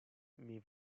mais